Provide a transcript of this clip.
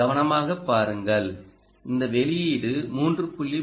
கவனமாக பாருங்கள் இந்த வெளியீடு 3